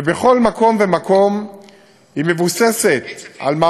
ובכל מקום ומקום היא מבוססת על,